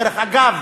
דרך אגב,